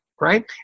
right